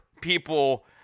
people